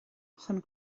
chun